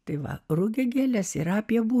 tai va rugiagėlės yra apie bū